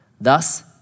Thus